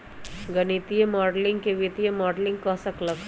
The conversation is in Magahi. गणितीय माडलिंग के वित्तीय मॉडलिंग कह सक ल ह